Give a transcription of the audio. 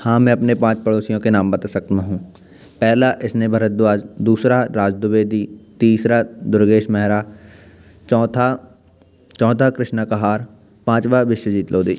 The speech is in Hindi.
हाँ मैं अपने पाँच पड़ोसियों के नाम बता सकता हूँ पहला स्नेह भारद्वाज दूसरा राज द्विवेदी तीसरा दुर्गेश मेहरा चौथा चौथा कृष्णा कहार पाँचवा विश्वजीत लोधी